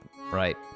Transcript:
right